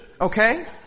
Okay